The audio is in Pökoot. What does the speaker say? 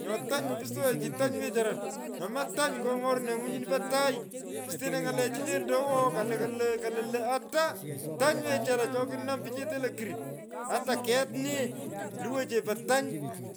Nyo tany mapusto nye chi tany wechana. noma tony nyo morunenyu nyini pe tagh. pusteno ny’alechi lendei lo kalukwo lo. Kalokwo lo. ota tany wechura cho kalukwo lo. kalukwolo lo. ota tany ket nee luway chepe tany.